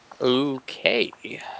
Okay